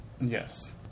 Yes